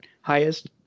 highest